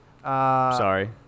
Sorry